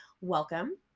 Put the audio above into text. welcome